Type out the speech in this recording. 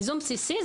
ייזום בסיסי,